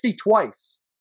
twice